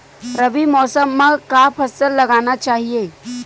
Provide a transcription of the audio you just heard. रबी मौसम म का फसल लगाना चहिए?